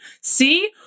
see